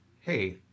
hey